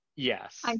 Yes